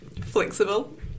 Flexible